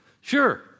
Sure